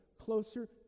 closer